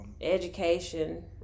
education